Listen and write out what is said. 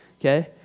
okay